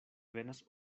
venas